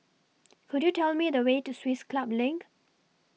Could YOU Tell Me The Way to Swiss Club LINK